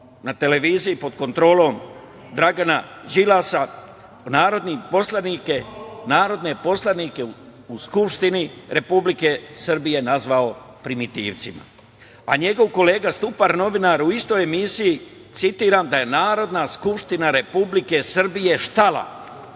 na televiziji pod kontrolom Dragana Đilasa, narodne poslanike u Skupštini Republike Srbije nazvao „primitivcima“. Njegov kolega Stupar, novinar u istoj emisiji, citiram: „Da je Narodna skupština Republike Srbije štala“,